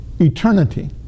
eternity